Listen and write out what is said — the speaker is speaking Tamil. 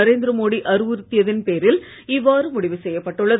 நரேந்திர மோடி அறிவுறுத்தியதன் பேரில் இவ்வாறு முடிவு செய்யப்பட்டுள்ளது